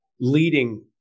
leading